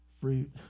Fruit